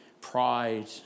pride